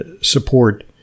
support